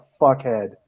fuckhead